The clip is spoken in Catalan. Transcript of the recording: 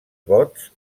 bots